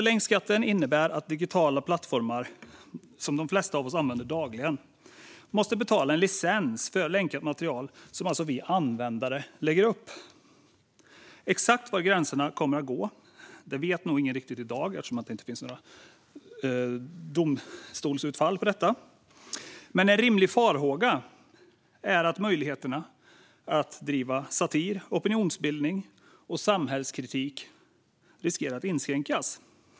Länkskatten innebär att digitala plattformar, som de flesta av oss använder dagligen, måste betala en licens för länkat material som vi användare lägger upp. Exakt var gränserna kommer att gå vet ingen riktigt i dag eftersom det inte finns några domstolsutfall. En rimlig farhåga är att möjligheterna att bedriva satir, opinionsbildning och samhällskritik inskränks.